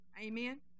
Amen